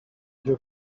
your